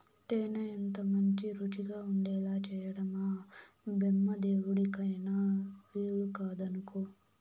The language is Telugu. తేనె ఎంతమంచి రుచిగా ఉండేలా చేయడం ఆ బెమ్మదేవుడికైన వీలుకాదనుకో